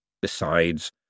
Besides